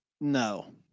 No